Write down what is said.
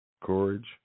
courage